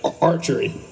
archery